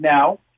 now